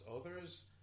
others